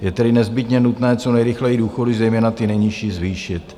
Je tedy nezbytně nutné co nejrychleji důchody, zejména ty nejnižší, zvýšit.